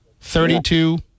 Thirty-two